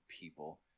people